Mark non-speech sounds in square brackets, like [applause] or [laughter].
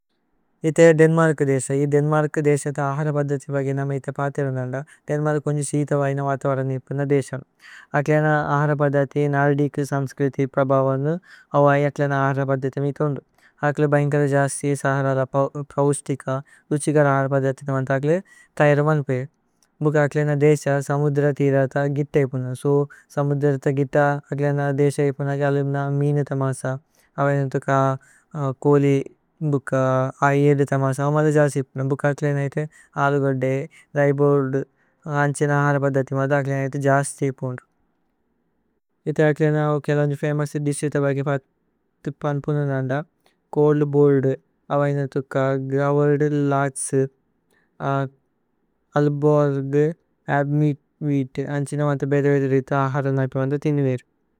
ഇഥേ ദേന്മര്കു ദേസ ഇ ദേന്മര്കു ദേസത അഹര। പദ്ദതി ബഗി നമ ഇഥേ പതിരന്ദന്ദ ദേന്മര്കു। കോന്ജു സീതവൈന വതവരനി ഇപുന ദേസ അക്ലേന। അഹര പദ്ദതി നല്ദികു സമ്സ്ക്രിതി പ്രബവനു ഓവൈ। അക്ലേന അഹര പദ്ദതി മിതോന്ദു അക്ലേ ബൈന്കല ജസ്തി। സഹര പ്രൌസ്തിക ഉഛിഗര അഹര പദ്ദത് നമന്ത। അക്ലേ ഥൈരമല്പേ ഭുക അക്ലേന ദേസ സമുദ്ര തീരത। ഗിത ഇപുന സോ സമുദ്രത ഗിതാക്ലേന ദേസ ഇപുന। ഗലിമ്ന മീന തമസ [hesitation] ഓവൈ നഥുക। കോലി ബുക ഐജ തേ തമസ നമന്ത ജസ്തി ഇപുന। ഭുക അക്ലേന ഇതേ അലുഗോദ്ദേ രൈബോല്ദു അന്ഛേന് അഹര। പദ്ദതി നമന്ത അക്ലേന ഇതേ ജസ്തി ഇപുന ഇഥേ। അക്ലേന കോന്ജു ഫമോഉസ ദിസിത ബഗി പതിരന്ദന്ദ। കോല്ദു ബോല്ദു ഓവൈ നഥുക ഗവര്ദു ലദ്സു। [hesitation] അല്ബോര്ഗു അഗ്മിത് വിതു അന്ഛേന। വതവരനി ഇതേ അഹര നമന്ത തിനു മേരു।